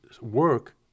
work